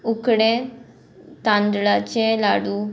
उकडे तांदळाचें लाडू